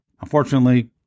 Unfortunately